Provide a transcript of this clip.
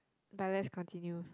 but let's continue